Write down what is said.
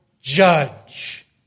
judge